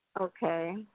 Okay